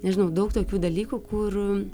nežinau daug tokių dalykų kur